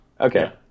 okay